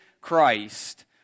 Christ